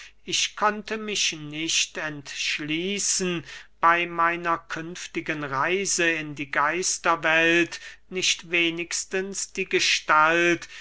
ich konnte mich nicht entschließen bey meiner künftigen reise in die geisterwelt nicht wenigstens die gestalt